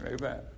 Amen